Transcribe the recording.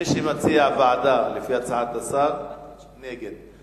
מי שמציע ועדה, לפי הצעת השר, נגד.